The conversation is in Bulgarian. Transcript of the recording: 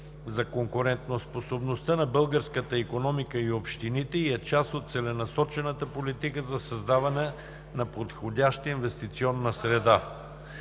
за конкурентоспособността на българската икономика и общините и е част от целенасочената политика за създаване на подходяща инвестиционна среда.